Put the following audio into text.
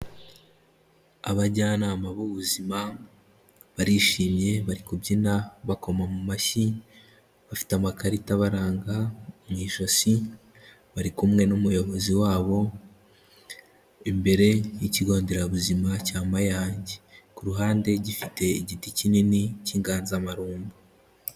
Abajyanama b'ubuzima barishimye bari kubyina bakoma mu mashyi, bafite amakarita abaranga mu ijosi bari kumwe n'umuyobozi wabo, imbere y'Ikigo nderabuzima cya Mayange. Ku ruhande gifite igiti kinini cy'inganzamarumbo.